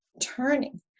turning